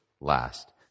last